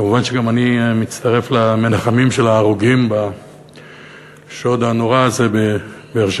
כמובן שגם אני מצטרף למנחמים על ההרוגים בשוד הנורא הזה בבאר-שבע,